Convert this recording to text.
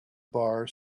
bar